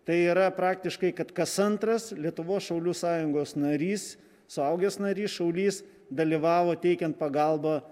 tai yra praktiškai kad kas antras lietuvos šaulių sąjungos narys suaugęs narys šaulys dalyvavo teikiant pagalbą